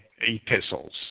epistles